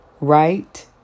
Right